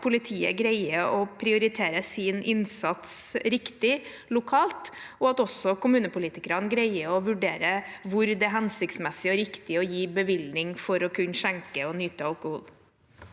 politiet greier å prioritere sin innsats riktig lokalt, og at også kommunepolitikerne greier å vurdere hvor det er hensiktsmessig og riktig å gi bevilling for å kunne skjenke og nyte alkohol.